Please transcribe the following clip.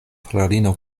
fraŭlino